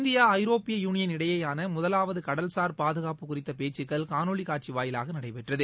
India ஐரோப்பிய union இடையேயான முதவாவது கடல்சார் பாதுகாப்பு குறித்த பேச்சுக்கள் காணொலிக் காட்சி வாயிலாக நடைபெற்றது